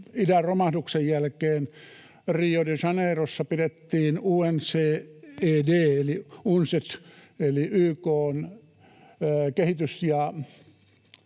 idän romahduksen jälkeen Rio de Janeirossa pidettiin UNCED eli YK:n